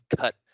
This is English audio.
cut